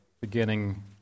beginning